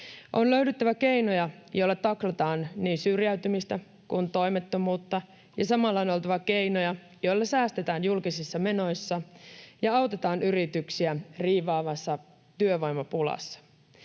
On löydyttävä keinoja, joilla taklataan niin syrjäytymistä kuin toimettomuutta, ja samalla on oltava keinoja, joilla säästetään julkisissa menoissa ja autetaan yrityksiä riivaavassa työvoimapulassa.